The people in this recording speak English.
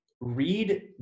read